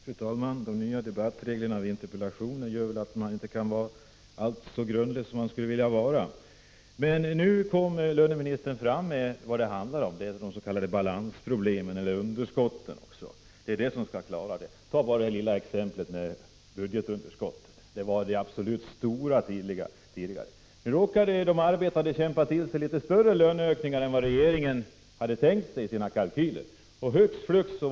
Fru talman! De nya reglerna för interpellationsdebatter gör att man inte kan vara så grundlig som man skulle vilja vara. Nu kommer löneministern fram till vad det handlar om, nämligen de s.k. balansproblemen eller underskotten. Det är på detta sätt som man skall klara av det hela. Ta bara det lilla exemplet med budgetunderskottet — detta var absolut den stora frågan tidigare. Nu råkade de arbetande kämpa till sig litet större löneökningar än vad regeringen hade tänkt sig vid utarbetandet av sina kalkyler.